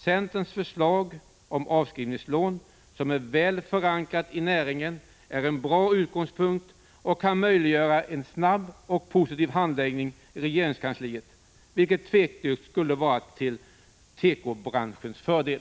Centerns förslag om avskrivningslån — som är väl förankrat hos näringen — är en bra utgångspunkt och kan möjliggöra en snabb och positiv handläggning i regeringskansliet, vilket tveklöst skulle vara till tekobranschens fördel.